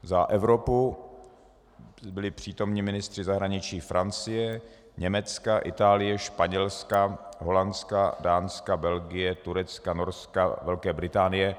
Za Evropu byli přítomni ministři zahraničí Francie, Německa, Itálie, Španělska, Holandska, Dánska, Belgie, Turecka, Norska, Velké Británie.